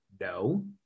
no